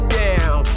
down